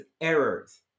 errors